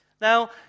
Now